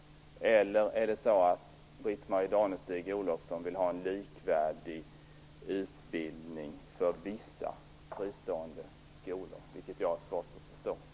Eller vill Britt-Marie Danestig Olofsson ha en likvärdig utbildning för vissa fristående skolor? Jag har svårt att förstå det.